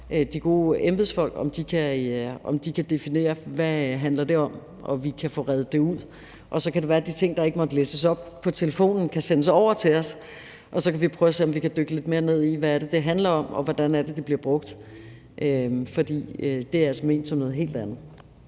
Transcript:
de gode embedsfolk, om de kan definere, hvad det handler om, og vi kan få redt det ud. Så kan det være, at de ting, der ikke måtte læses op fra telefonen, kan sendes over til os, og så kan vi prøve at se, om vi kan dykke lidt mere ned i, hvad det er, det handler om, og hvordan det bliver brugt. For det er altså ment som noget helt andet.